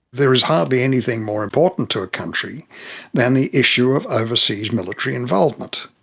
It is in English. there is hardly anything more important to a country than the issue of overseas military involvement.